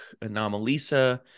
Anomalisa